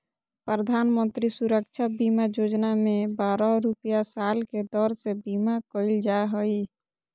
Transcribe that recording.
प्रधानमंत्री सुरक्षा बीमा योजना में बारह रुपया साल के दर से बीमा कईल जा हइ